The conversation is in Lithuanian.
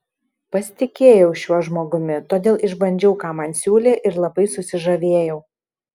pasitikėjau šiuo žmogumi todėl išbandžiau ką man siūlė ir labai susižavėjau